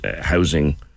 housing